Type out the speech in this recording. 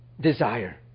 Desire